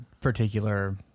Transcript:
particular